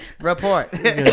Report